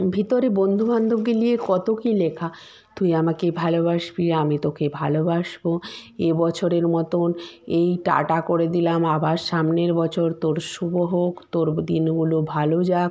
ভিতরে বন্ধু বান্ধবকে নিয়ে কত কি লেখা তুই আমাকে ভালোবাসবি আমি তোকে ভালোবাসবো এ বছরের মতন এই টাটা করে দিলাম আবার সামনের বছর তোর শুভ হোক তোর দিনগুলো ভালো যাক